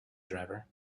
driver